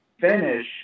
finish